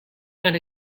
and